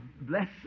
bless